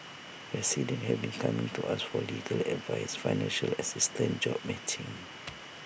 residents have been coming to us for legal advice financial assistance job matching